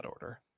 order